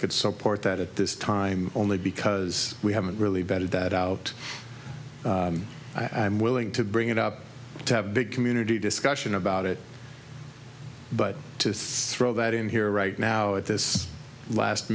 could support that at this time only because we haven't really vetted that out i'm willing to bring it up to have a big community discussion about it but to throw that in here right now at this last